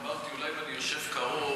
אמרתי שאולי אם אני אשב קרוב,